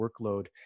workload